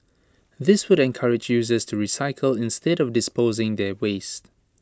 this would encourage users to recycle instead of disposing their waste